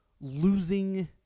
losing